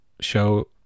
show